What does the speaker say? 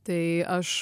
tai aš